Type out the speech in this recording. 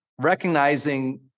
recognizing